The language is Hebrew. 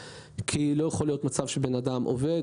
כי לא יכול להיות מצב שבו בן אדם עובד,